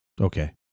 Okay